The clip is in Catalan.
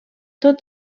tot